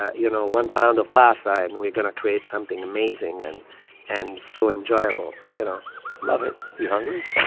ah you know, one pound of pasta, and we're going to create something amazing and and so enjoyable, you know love it you hungry?